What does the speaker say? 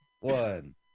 one